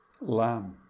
lamb